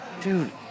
Dude